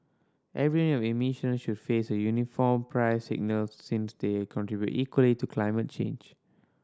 every emissions should face a uniform price signal since they contribute equally to climate change